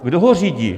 Kdo ho řídí?